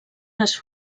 les